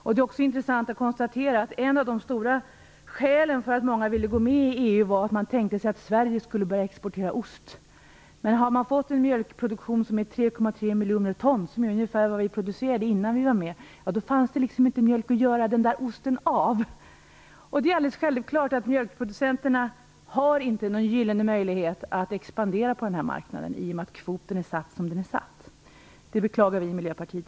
Det är också intressant att konstatera att ett av de starka skälen för att många ville gå med i EU var att man tänkte sig att Sverige skulle börja exportera ost. Har man fått en mjölkproduktion som är ca 3,3 miljoner ton, vilket är ungefär vad vi producerade innan vi gick med, finns det inte mjölk att göra den osten av. Det är alldeles självklart att mjölkproducenterna inte har någon gyllene möjlighet att expandera på marknaden i och med att kvoten är satt som den är satt. Det beklagar vi i Miljöpartiet.